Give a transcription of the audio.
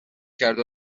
کرد